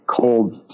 cold